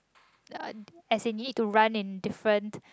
uh as in you need to run in different